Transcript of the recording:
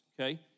okay